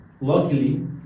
Luckily